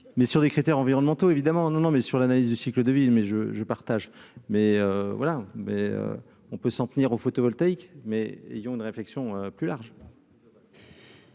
mais sur des critères environnementaux, évidemment non, non, mais sur l'analyse du cycle de ville mais je je partage, mais voilà, mais on peut s'en tenir au photovoltaïque, mais ayons une réflexion plus large.